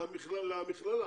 למכללה.